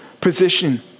position